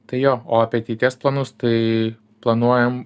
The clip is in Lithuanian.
tai jo o apie ateities planus tai planuojam